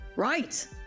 Right